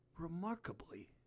Remarkably